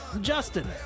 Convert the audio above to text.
justin